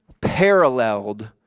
paralleled